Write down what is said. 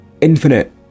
infinite